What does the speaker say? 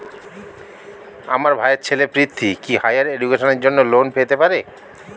আমার ভাইয়ের ছেলে পৃথ্বী, কি হাইয়ার এডুকেশনের জন্য লোন পেতে পারে?